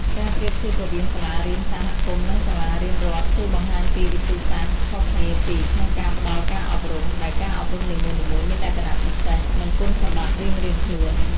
ការប្រៀបធៀបរវាងសាលារៀនសហគមន៍ និងសាលារៀនរដ្ឋ គឺបង្ហាញពីវិធីសាស្ត្រខុសគ្នាពីរ ក្នុងការផ្ដល់ការអប់រំ ដែលការអប់រំនីមួយៗមានលក្ខណៈពិសេស និងគុណសម្បត្តិរៀងៗខ្លួន។